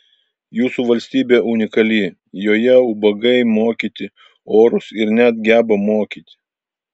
jūsų valstybė unikali joje ubagai mokyti orūs ir net geba mokyti